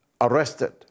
arrested